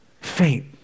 faint